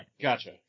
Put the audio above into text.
Gotcha